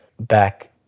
back